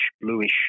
bluish